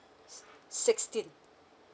sixteen